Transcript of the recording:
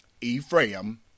Ephraim